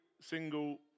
single